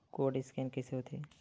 Code scan कइसे होथे?